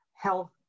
health